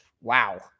wow